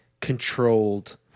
controlled